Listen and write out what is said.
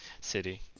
city